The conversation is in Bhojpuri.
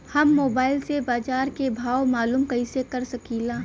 हम मोबाइल से बाजार के भाव मालूम कइसे कर सकीला?